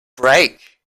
break